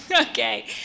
okay